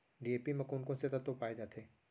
DAP म कोन कोन से तत्व पाए जाथे?